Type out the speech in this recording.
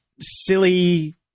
silly